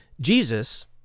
Jesus